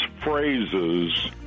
phrases